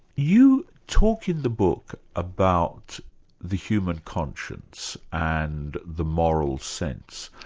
you talk in the book about the human conscience, and the moral sense,